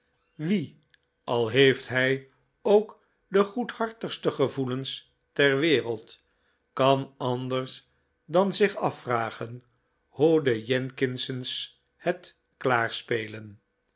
wie al heeft hij ook de goedhartigste gevoelens ter wereld kan anders dan zich afvragen hoe de jenkinses het klaarspelen